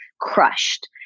Crushed